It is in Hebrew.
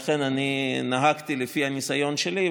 לכן אני נהגתי לפי הניסיון שלי,